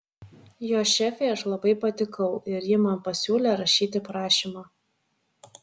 jos šefei aš labai patikau ir ji man pasiūlė rašyti prašymą